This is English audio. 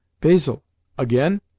Basil—again